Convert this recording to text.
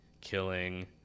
killing